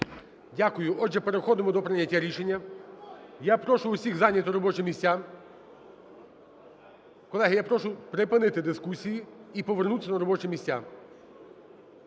Дякую. Отже, переходимо до прийняття рішення. Я прошу всіх зайняти робочі місця. Колеги, я прошу припинити дискусії і повернутися на робочі місця.